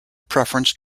preference